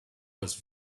was